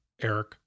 Eric